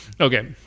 Okay